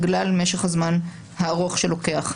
בגלל משך הזמן הארוך שלוקח.